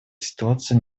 ситуация